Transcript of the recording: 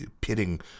pitting